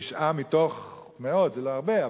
תשעה מתוך מאות זה לא הרבה,